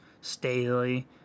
Staley